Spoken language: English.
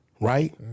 right